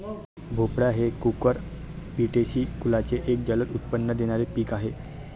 भोपळा हे कुकुरबिटेसी कुलाचे एक जलद उत्पन्न देणारे पीक आहे